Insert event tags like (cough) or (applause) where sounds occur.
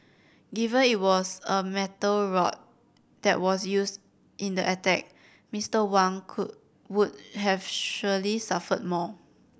given it was a metal rod that was used in the attack Mister Wang (unintelligible) would have surely suffered more